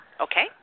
Okay